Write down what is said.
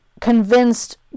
convinced